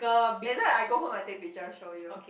later I go home I take picture show you